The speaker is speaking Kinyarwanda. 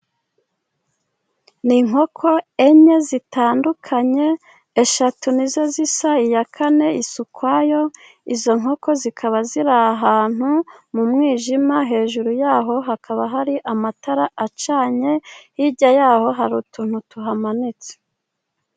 Ni inkoko enye zitandukanye, eshatu ni zo zisa, iya kane isa ukwayo, izo nkoko zikaba ziri ahantu mu mwijima, hejuru yaho hakaba hari amatara acanye, hirya yaho hari utuntu tuhamanitse.